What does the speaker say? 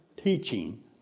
teaching